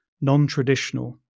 non-traditional